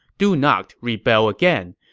do not rebel again.